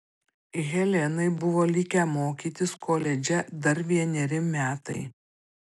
helenai buvo likę mokytis koledže dar vieneri metai